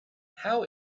how